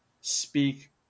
speak